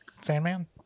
Sandman